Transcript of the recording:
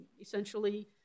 essentially